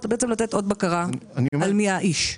לתת עוד בקרה על מי האיש.